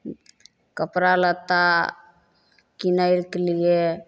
कपड़ा लत्ता किनैके लिए